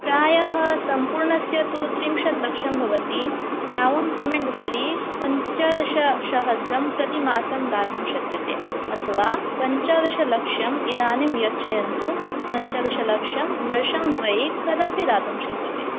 प्रायः सम्पूर्णस्य तु त्रिंशत् लक्षं भवति डौन् पेमेण्ट् उपरि पञ्चदशसहस्त्रं प्रतिमासं दातुं शक्यते अथवा पञ्चदशलक्षम् इदानीं यच्छन्तु पञ्चदशलक्षं वर्षं द्वये कदापि दातुं शक्यते